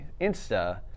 Insta